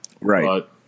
Right